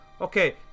okay